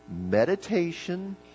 meditation